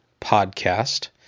Podcast